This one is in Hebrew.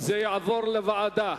בעד שזה יעבור לוועדה,